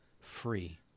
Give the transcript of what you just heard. free